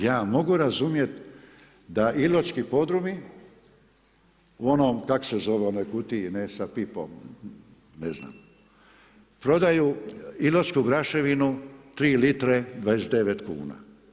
Ja mogu razumjeti da Iločki podrumi u onom kak se zove, u onoj kutiji ne sa pipom, ne znam, prodaju iločku graševinu 3 litre 29 kuna.